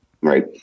right